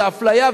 זה אפליה,